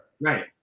right